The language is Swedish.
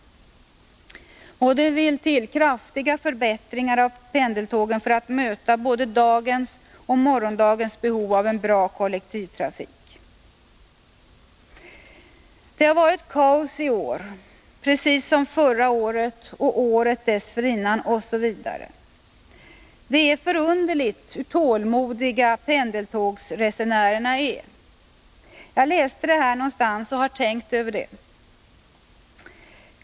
Det vill till kraftiga förbättringar av pendeltågen för att möta både dagens och morgondagens behov av en bra kollektivtrafik. Det har varit kaos i år — precis som förra året, året dessförinnan osv. Det är förunderligt hur tålmodiga pendeltågsresenärerna är. Jag läste detta någonstans och har tänkt över det.